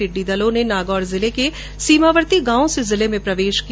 टिड्डी दल ने नागौर जिले के सीमावर्ती गांवों से जिले में प्रवेश किया